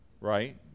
Right